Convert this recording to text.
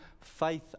faith